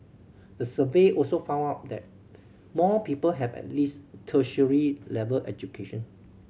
the survey also found out that more people have at least tertiary level education